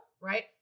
Right